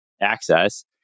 access